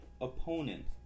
opponent